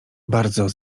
bardzo